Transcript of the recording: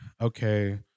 okay